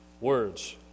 words